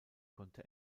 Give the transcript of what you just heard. konnte